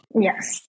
yes